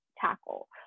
tackle